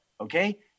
okay